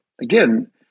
again